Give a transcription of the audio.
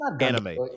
anime